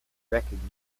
recognised